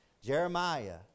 Jeremiah